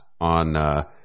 on